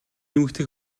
эмэгтэй